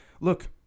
look